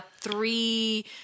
three